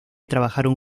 trabajaron